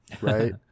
Right